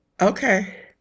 Okay